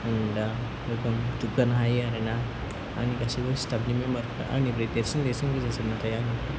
आं दा एगदम दुग्गानो हायो आरोना आंनि गासैबो स्ताफनि मेम्बारफ्रा आंनिफ्राय देरसिन देरसिन गोजाजोब नाथाय आं